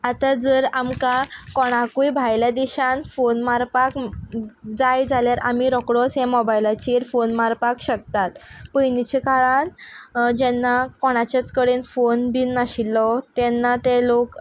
आतां जर आमकां कोणाकूय भायले देशान फोन मारपाक जाय जाल्यार आमी रोखडोच हे मॉबायलाचेर फोन मारपाक शकतात पयलींचे काळान जेन्ना कोणाचेच कडेन फोन बीन नाशिल्लो तेन्ना ते लोक